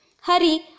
Hurry